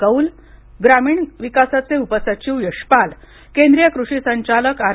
कौल ग्रामीण विकासाचे उपसचिव यशपाल केंद्रीय कृषी संचालक आर